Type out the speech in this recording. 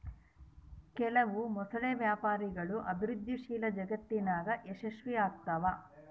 ಕೆಲವು ಮೊಸಳೆ ವ್ಯಾಪಾರಗಳು ಅಭಿವೃದ್ಧಿಶೀಲ ಜಗತ್ತಿನಾಗ ಯಶಸ್ವಿಯಾಗ್ತವ